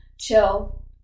chill